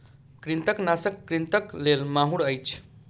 कृंतकनाशक कृंतकक लेल माहुर अछि